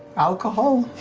alcohol?